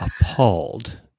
appalled